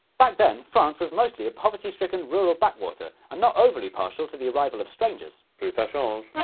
back then, france was mostly a poverty-stricken rural backwater and not overly partial to the arrival of strangers. plus so